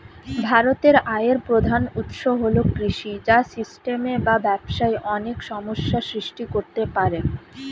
ভারতের আয়ের প্রধান উৎস হল কৃষি, যা সিস্টেমে বা ব্যবস্থায় অনেক সমস্যা সৃষ্টি করতে পারে